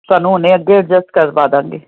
ਤੁਹਾਨੂੰ ਹੁਣੇ ਅੱਗੇ ਐਡਜਸਟ ਕਰਵਾ ਦਾਂਗੇ